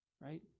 Right